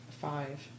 five